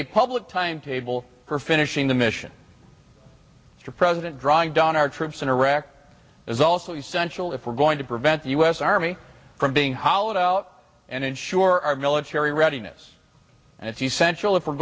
a public timetable for finishing the mission for president drawing down our troops in iraq is also essential if we're going to prevent the u s army from being hollowed out and ensure our military readiness and it's essential if we're